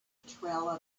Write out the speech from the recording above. trail